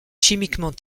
chimiquement